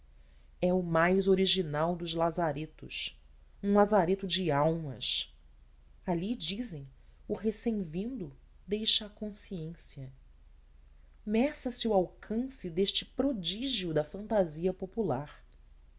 é o mais original dos lazaretos um lazareto de almas ali dizem o recém vindo deixa a consciência meça se o alcance deste prodígio da fantasia popular